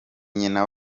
nyina